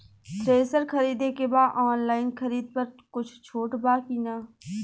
Thresher खरीदे के बा ऑनलाइन खरीद पर कुछ छूट बा कि न?